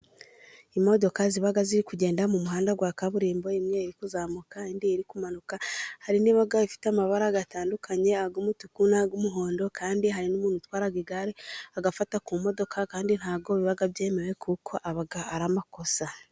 Imodoka ziba ziri kugenda mu muhanda wa kaburimbo. Imwe iri kuzamuka, indi iri kumanuka. Hari n'iba ifite amabara atandukanye ay'umutuku, n'ay'umuhondo. Kandi hari n'umuntu utwara igare agafata ku modoka kandi nta bwo biba byemewe kuko aba ari amakosa.